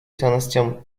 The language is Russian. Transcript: ценностям